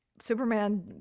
Superman